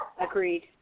Agreed